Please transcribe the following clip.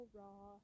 raw